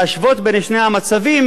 להשוות בין שני המצבים,